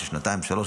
שנתיים-שלוש,